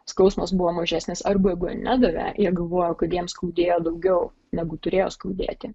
skausmas buvo mažesnis arba nedavė jie galvoja kad jiems skaudėjo daugiau negu turėjo skaudėti